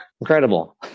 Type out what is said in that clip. incredible